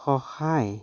সহায়